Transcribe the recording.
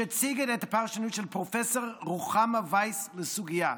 שהציגה את הפרשנות של פרופ' רוחמה וייס לסוגיה.